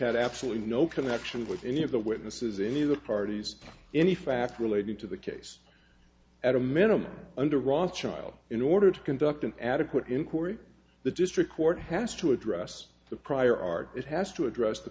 had absolutely no connection with any of the witnesses in the parties any facts related to the case at a minimum under ron trial in order to conduct an adequate inquiry the district court has to address the prior art it has to address the